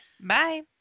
Bye